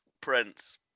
Prince